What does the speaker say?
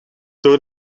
door